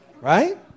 right